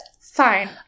fine